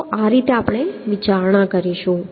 તો આ રીતે આપણે વિચારણા કરીશું